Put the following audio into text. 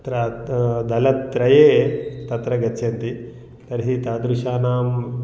त्र दलत्रये तत्र गच्छन्ति तर्हि तादृशानां